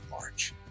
March